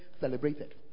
celebrated